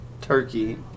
turkey